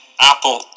Apple